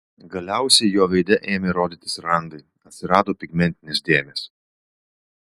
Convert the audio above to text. galiausiai jo veide ėmė rodytis randai atsirado pigmentinės dėmės